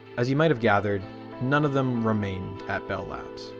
as you might have gathered none of them remained at bell labs.